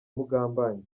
mugambage